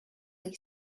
lay